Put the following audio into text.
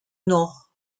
nord